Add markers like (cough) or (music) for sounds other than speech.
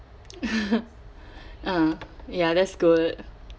(laughs) ah ya that's good (breath)